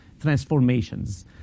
transformations